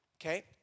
okay